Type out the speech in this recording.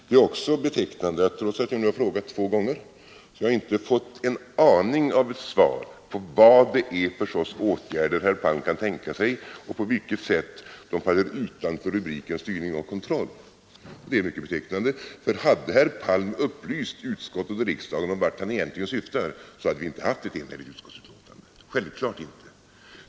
Det är också mycket betecknande att jag trots att jag nu har frågat två gånger inte har fått aningen av ett svar på vad det är för åtgärder herr Palm kan tänka sig och på vilket sätt de faller utanför rubriken styrning och kontroll. Ty hade herr Palm upplyst utskottet och riksdagen om vart han egentligen syftar, hade vi självfallet inte haft ett enhälligt utskottsbetänkande.